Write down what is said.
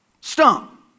stump